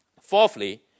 Fourthly